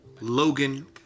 Logan